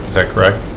that correct?